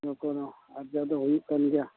ᱚᱱᱟᱠᱷᱚᱱᱦᱚᱸ ᱟᱨᱡᱟᱣ ᱫᱚ ᱦᱩᱭᱩᱜ ᱠᱟᱱ ᱜᱮᱭᱟ